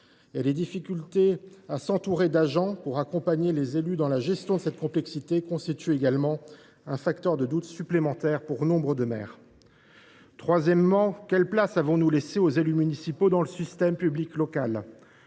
grandissantes à s’entourer d’agents pour accompagner les élus dans la gestion de cette complexité constituent également un facteur de doute supplémentaire pour nombre de maires. Troisièmement, quelle place avons nous laissée aux élus municipaux dans le système public local ?